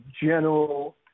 general